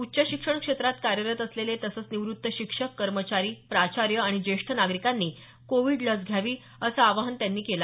उच्च शिक्षण क्षेत्रात कार्यरत असलेले तसंच निवृत्त शिक्षक कर्मचारी प्राचार्य आणि ज्येष्ठ नागरिकांनी कोविड लस घ्यावी असं आवाहन त्यांनी केलं